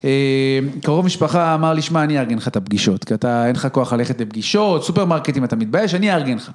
קרוב משפחה אמר לי, שמע אני אארגן לך את הפגישות, כי אין לך כוח ללכת לפגישות, סופרמרקט אם אתה מתבייש, אני אארגן לך.